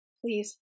Please